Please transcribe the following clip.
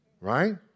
Right